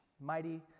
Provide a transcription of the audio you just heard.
Mighty